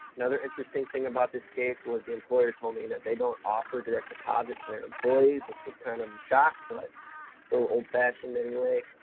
another interesting thing about this case was the employer told me that they don't offer direct deposit to their employees, which was kind of a shock, but a little old-fashioned, anyway.